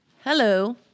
hello